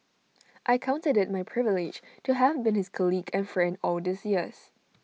I counted IT my privilege to have been his colleague and friend all these years